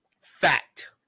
fact